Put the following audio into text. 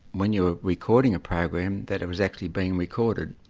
when you recording a program, that it was actually being recorded.